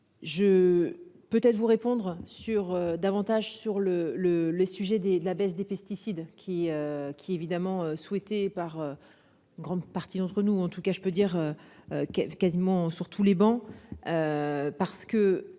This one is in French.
Je peut être vous répondre sur davantage sur le le le sujet des de la baisse des pesticides. Qui qui évidemment souhaité par. Une grande partie d'entre nous en tout cas, je peux dire. Que quasiment sur tous les bancs. Parce que